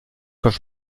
quand